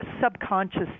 subconscious